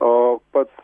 o pats